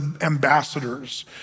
ambassadors